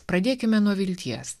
pradėkime nuo vilties